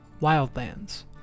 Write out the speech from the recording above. Wildlands